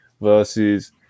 versus